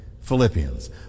Philippians